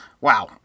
wow